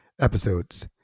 episodes